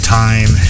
time